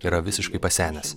yra visiškai pasenęs